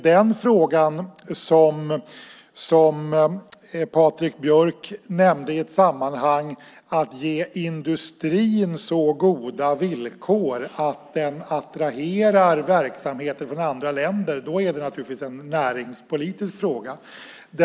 Den fråga som Patrik Björck nämnde i ett sammanhang, om att ge industrin så goda villkor att den attraherar verksamheter från andra länder, är givetvis en näringspolitisk fråga.